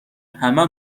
همه